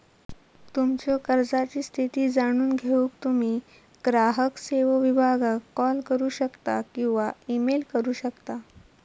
तुमच्यो कर्जाची स्थिती जाणून घेऊक तुम्ही ग्राहक सेवो विभागाक कॉल करू शकता किंवा ईमेल करू शकता